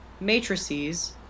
matrices